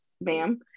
ma'am